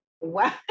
Wow